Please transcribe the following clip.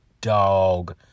dog